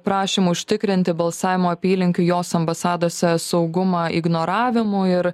prašymu užtikrinti balsavimo apylinkių jos ambasadose saugumą ignoravimu ir